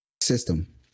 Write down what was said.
system